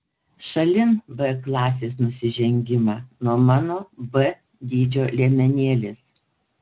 šalin b klasės nusižengimą nuo mano b dydžio liemenėlės